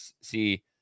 see